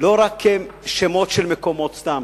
לא רק כשמות של מקומות סתם.